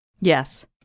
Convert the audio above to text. Yes